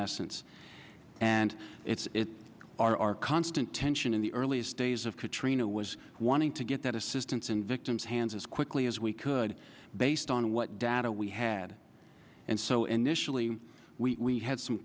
essence and it's our constant tension in the earliest days of katrina was wanting to get that assistance in victim's hands as quickly as we could based on what data we had and so initially we had some